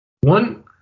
One